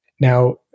Now